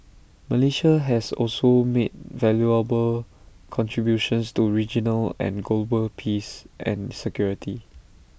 Malaysia has also made valuable contributions to regional and global peace and security